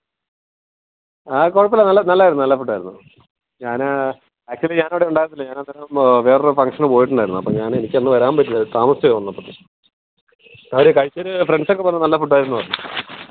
ആ കുഴപ്പം ഇല്ലായിരുന്നു നല്ല നല്ലതായിരുന്നു നല്ല ഫുഡ് ആയിരുന്നു ഞാൻ ആക്ച്വലി ഞാൻ അവിടെ ഉണ്ടായിരുന്നില്ല ഞാൻ അന്നേരം വേറെ ഒരു ഫംഗ്ഷന് പോയിട്ടുണ്ടായിരുന്നു അപ്പം ഞാൻ എനിക്കന്ന് വരാൻ പറ്റിയില്ല താമസിച്ചു പോയി വന്നപ്പം ക കഴിച്ചവർ ഫ്രണ്ട്സ് ഒക്കെ പറഞ്ഞു നല്ല ഫുഡ് ആയിരുന്നു പറഞ്ഞു